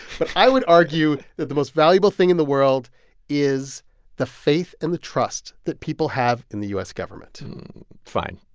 but i would argue that the most valuable thing in the world is the faith and the trust that people have in the u s. government fine.